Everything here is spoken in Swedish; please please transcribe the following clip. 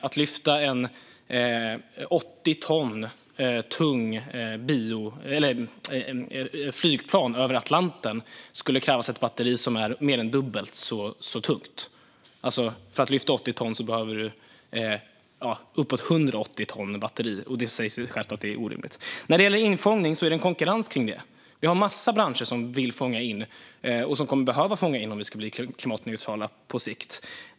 Att lyfta och flyga ett 80 ton tungt flygplan över Atlanten skulle kräva ett batteri som är mer än dubbelt så tungt. För att lyfta 80 ton behöver man uppåt 180 ton batteri. Det säger sig självt att det är orimligt. När det gäller koldioxidinfångning är det en konkurrens om det. Vi har massor av branscher som vill fånga in koldioxid och som kommer att behöva fånga in koldioxid om vi ska bli klimatneutrala på sikt.